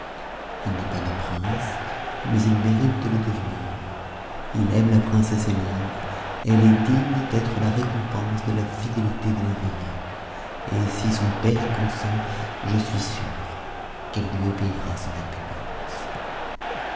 il n'est pas né prince mais il mérite de le devenir il aime la princesse elise elle est digne d'être la récompense de la fidélité de l'eveillé et si son père y consent je suis sûre qu'elle lui obéira sans répugnance